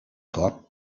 cop